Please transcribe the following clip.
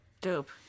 Dope